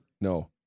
No